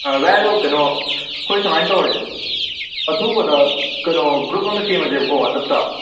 ꯚꯥꯏ ꯑꯗꯣ ꯀꯩꯅꯣ ꯑꯩꯈꯣꯏ ꯁꯨꯃꯥꯏꯅ ꯇꯧꯔꯁꯦ ꯑꯊꯨꯕꯗ ꯀꯩꯅꯣ ꯒ꯭ꯔꯨꯞ ꯑꯃ ꯁꯦꯝꯃꯁꯦꯕꯀꯣ ꯋꯥꯆꯞꯇ